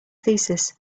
thesis